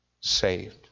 saved